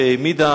שהעמידה